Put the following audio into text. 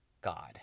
God